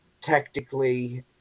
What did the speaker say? tactically